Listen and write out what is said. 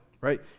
right